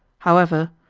however,